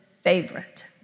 favorite